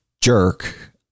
jerk